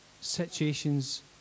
situations